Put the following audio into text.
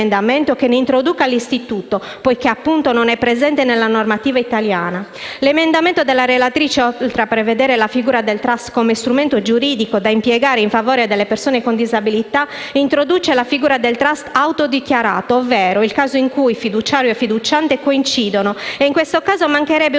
che ne introduca l'istituto, poiché appunto, non è presente nella normativa italiana. L'emendamento della relatrice oltre a prevedere la figura del *trust* come strumento giuridico da impiegare in favore delle persone con disabilità, introduce la figura del *trust* "auto dichiarato" ovvero il caso in cui fiduciario e fiduciante coincidono. In questo caso mancherebbe un